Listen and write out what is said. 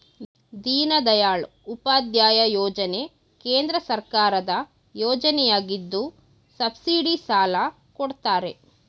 ದೀನದಯಾಳ್ ಉಪಾಧ್ಯಾಯ ಯೋಜನೆ ಕೇಂದ್ರ ಸರ್ಕಾರದ ಯೋಜನೆಯಗಿದ್ದು ಸಬ್ಸಿಡಿ ಸಾಲ ಕೊಡ್ತಾರೆ